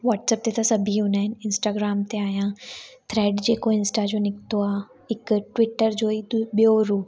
WhatsApp ते त सभी हूंदा आहिनि इंस्टाग्राम ते आहियां थ्रेड जेको इंस्टा जो निकितो आहे हिक ट्विटर जो ई ॿियो रूप